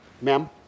Ma'am